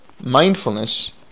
mindfulness